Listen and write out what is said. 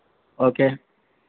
okay